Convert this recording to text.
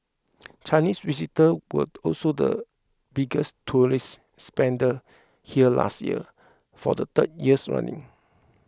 Chinese visitors were also the biggest tourist spenders here last year for the third years running